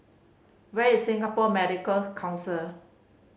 where is Singapore Medical Council